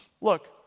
Look